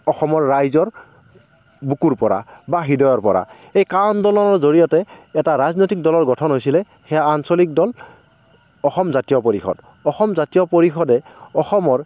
অসমৰ ৰাইজৰ বুকুৰ পৰা বা হৃদয়ৰ পৰা এই কা আন্দোলনৰ জৰিয়তে এটা ৰাজনৈতিক দলৰ গঠন হৈছে সেয়া আঞ্চলিক দল অসম জাতীয় পৰিষদ অসম জাতীয় পৰিষদে অসমৰ